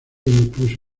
incluso